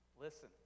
listen